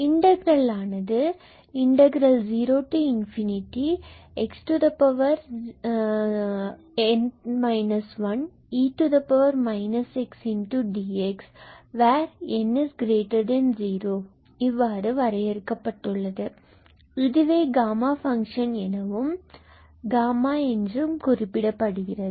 இன்டகிரல்லானது 0xn 1 e x dx ஆகும் இங்கு 𝑛0 இவ்வாறு வரையறுக்கப்பட்டுள்ளது இதுவே காமா ஃபங்ஷன் எனவும் மற்றும் Γ என்று குறிக்கப்படுகிறது